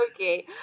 Okay